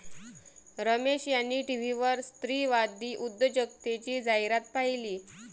रमेश यांनी टीव्हीवर स्त्रीवादी उद्योजकतेची जाहिरात पाहिली